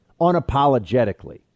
unapologetically